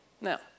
Now